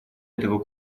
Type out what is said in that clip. этого